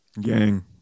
Gang